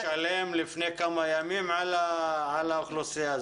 לפני כמה ימים קיימנו דיון מיוחד לגבי האוכלוסייה הזאת.